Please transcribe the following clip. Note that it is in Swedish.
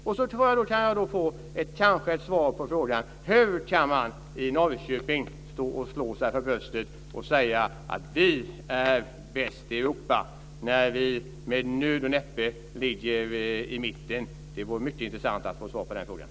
Kan jag kanske få ett svar på frågan: Hur kan man stå och slå sig för bröstet i Norrköping och säga att vi är bäst i Europa när vi med nöd och näppe ligger i mitten? Det vore mycket intressant att få svar på den frågan.